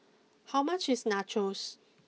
how much is Nachos